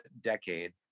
decade